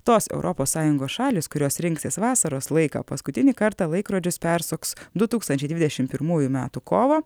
tos europos sąjungos šalys kurios rinksis vasaros laiką paskutinį kartą laikrodžius persuks du tūkstančiai dvidešim pirmųjų metų kovą